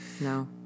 No